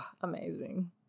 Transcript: Amazing